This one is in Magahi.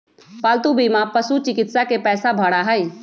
पालतू बीमा पशुचिकित्सा के पैसा भरा हई